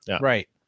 Right